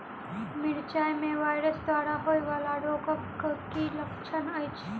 मिरचाई मे वायरस द्वारा होइ वला रोगक की लक्षण अछि?